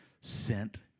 sent